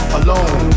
alone